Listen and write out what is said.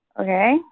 Okay